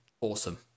awesome